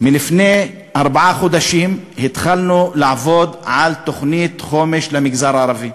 לפני ארבעה חודשים התחלנו לעבוד על תוכנית חומש למגזר הערבי,